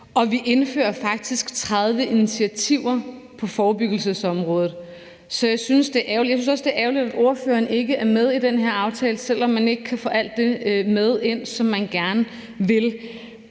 Og vi indfører faktisk 30 initiativer på forebyggelsesområdet. Jeg synes, det er ærgerligt, at ordføreren ikke er med i den her aftale, selv om man ikke kan få alt det med ind, som man gerne vil.